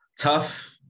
tough